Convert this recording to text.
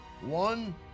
One